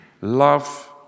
love